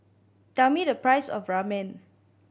tell me the price of Ramen